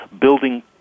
building